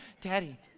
Daddy